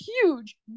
huge